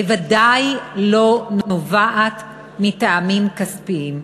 בוודאי לא נובעת מטעמים כספיים.